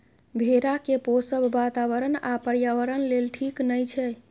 भेड़ा केँ पोसब बाताबरण आ पर्यावरण लेल ठीक नहि छै